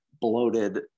bloated